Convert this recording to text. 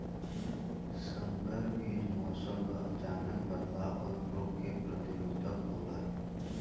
संकर बीज मौसम क अचानक बदलाव और रोग के प्रतिरोधक होला